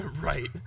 Right